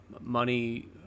money